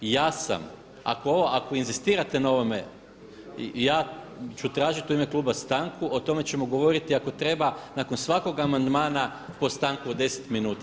I ja sam, ako inzistirate na ovome ja ću tražiti u ime kluba stanku, o tome ćemo govoriti ako treba nakon svakog amandmana po stanku od 10 minuta.